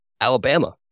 Alabama